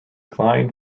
klein